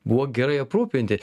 buvo gerai aprūpinti